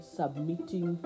submitting